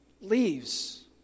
leaves